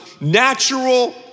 natural